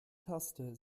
taste